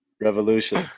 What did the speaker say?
Revolution